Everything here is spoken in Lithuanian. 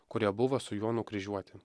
kurie buvo su juo nukryžiuoti